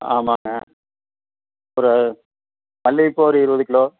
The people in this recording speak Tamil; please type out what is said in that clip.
ஆமாங்க ஒரு மல்லிகைப்பூ ஒரு இருபது கிலோ